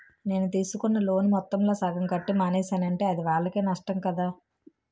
నేను తీసుకున్న లోను మొత్తంలో సగం కట్టి మానేసానంటే అది వాళ్ళకే నష్టం కదా